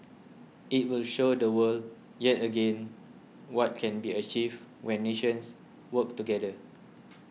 it will show the world yet again what can be achieved when nations work together